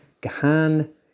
Gahan